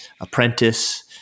apprentice